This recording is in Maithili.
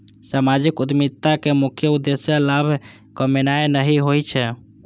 सामाजिक उद्यमिताक मुख्य उद्देश्य लाभ कमेनाय नहि होइ छै